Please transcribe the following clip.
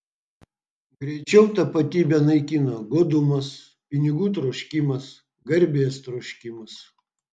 greičiau tapatybę naikina godumas pinigų troškimas garbės troškimas